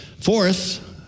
Fourth